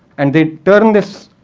and they turn this,